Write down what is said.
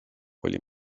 oli